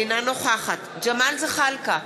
אינה נוכחת ג'מאל זחאלקה,